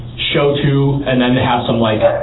show two and then have some, like,